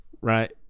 right